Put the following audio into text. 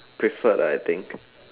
preferred ah I think